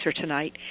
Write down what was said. tonight